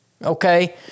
Okay